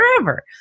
forever